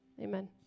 amen